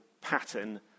pattern